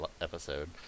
episode